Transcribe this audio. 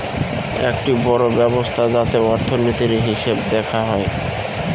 একটি বড়ো ব্যবস্থা যাতে অর্থনীতির, হিসেব দেখা হয়